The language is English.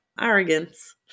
Arrogance